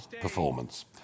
performance